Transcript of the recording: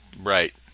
Right